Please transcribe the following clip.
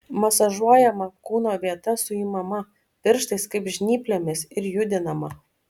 masažuojama kūno vieta suimama pirštais kaip žnyplėmis ir judinama